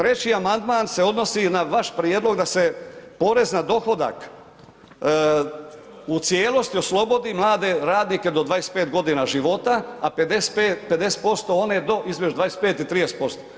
3. amandman se odnosi na vaš prijedlog da se porez na dohodak u cijelosti oslobodi mlade radnike do 25 godina života, a 50% one do između 25-30%